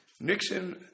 Nixon